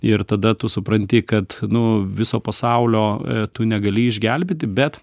ir tada tu supranti kad nu viso pasaulio tu negali išgelbėti bet